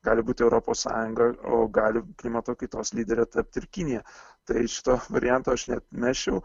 gali būti europos sąjunga o gali klimato kaitos lydere tapti ir kinija tai šito varianto aš neatmesčiau